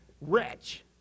Wretch